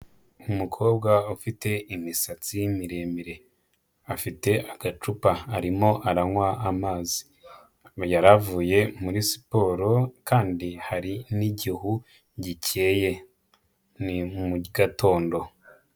Umukobwa ufite imisatsi miremire, afite agacupa arimo aranywa amazi, yari avuye muri siporo kandi hari n'igihu gikeye, ni mu gatondo.